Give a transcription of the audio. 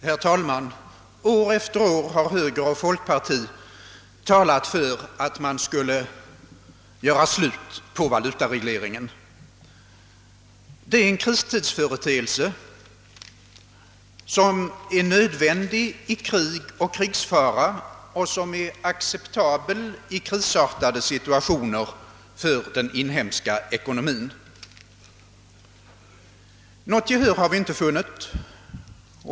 Herr talman! År efter år har höger och folkparti talat för att man skulle göra slut på valutaregleringen. Den är en kristidsföreteelse, som är nödvändig i krig och krigsfara och acceptabel i krisartade situationer för den inhemska ekonomin. Något gehör har vi inte funnit.